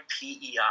PEI